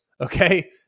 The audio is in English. okay